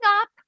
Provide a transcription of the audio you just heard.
up